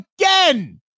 Again